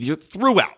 throughout